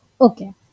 Okay